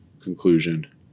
Conclusion